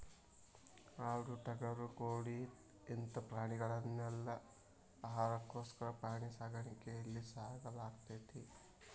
ಆಡು ಟಗರು ಕೋಳಿ ಇಂತ ಪ್ರಾಣಿಗಳನೆಲ್ಲ ಆಹಾರಕ್ಕೋಸ್ಕರ ಪ್ರಾಣಿ ಸಾಕಾಣಿಕೆಯಲ್ಲಿ ಸಾಕಲಾಗ್ತೇತಿ